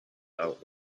out